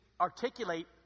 articulate